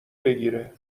بگیره